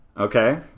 Okay